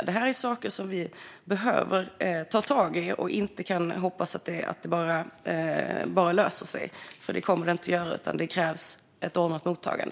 Det är saker som vi behöver ta tag i. Vi kan inte bara hoppas att det löser sig, för det kommer det inte att göra. Det krävs ett ordnat mottagande.